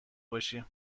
باشی